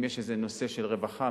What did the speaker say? אם יש איזה נושא של רווחה,